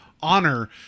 honor